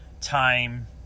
time